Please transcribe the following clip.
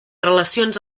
relacions